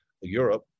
Europe